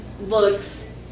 looks